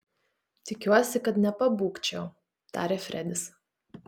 tikiuosi kad nepabūgčiau tarė fredis